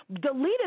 deleted